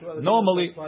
normally